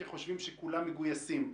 כי חושבים שכולם מגויסים,